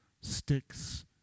sticks